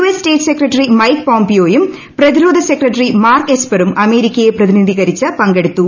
S state secretary Mike പോംപിയോയും പ്രതിരോധ് ഉസ്ക്കട്ടറി മാർക്ക് എസ്പെറും അമേരിക്കയെ പ്രതിനിധീകരിച്ചു ക്ഷ്കെടുത്തു